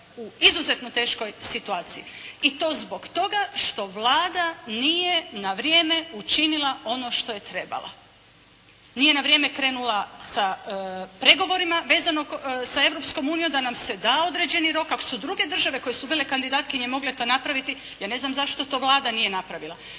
u izuzetno teškoj situaciji i to zbog toga što Vlada nije na vrijeme učinila ono što je trebala. Nije na vrijeme krenula sa pregovorima, vezano sa Europskom unijom, da nam se da određeni rok, ako su druge države koje su bile kandidatkinje mogle to napraviti, ja ne znam zašto to Vlada nije napravila.